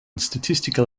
statistical